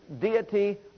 Deity